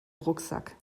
rucksack